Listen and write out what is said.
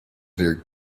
their